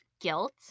guilt